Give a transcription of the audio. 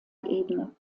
ebene